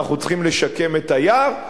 אנחנו צריכים לשקם את היער.